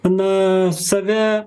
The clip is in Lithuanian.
na save